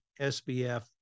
SBF